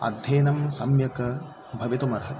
अध्ययनं सम्यक् भवितुमर्हति